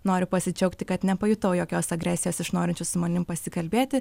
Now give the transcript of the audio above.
noriu pasidžiaugti kad nepajutau jokios agresijos iš norinčių su manim pasikalbėti